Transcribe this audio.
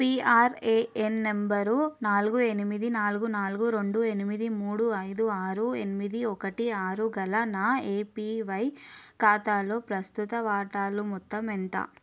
PRAN number నాలుగు ఎనిమిది నాలుగు నాలుగు రెండు ఎనిమిది మూడు ఐదు ఆరు ఎనిమిది ఒకటి ఆరు గల నా ఏపివై ఖాతాలో ప్రస్తుత వాటాలు మొత్తం ఎంత